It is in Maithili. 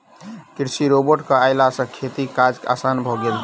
कृषि रोबोट के अयला सॅ खेतीक काज आसान भ गेल अछि